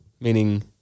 meaning